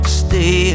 stay